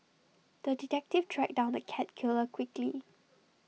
the detective tracked down the cat killer quickly